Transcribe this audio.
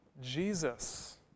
Jesus